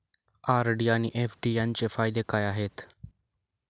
RD आणि FD यांचे फायदे काय आहेत?